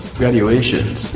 graduations